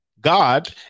God